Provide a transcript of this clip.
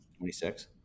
26